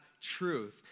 truth